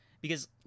Because-